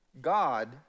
God